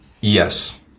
Yes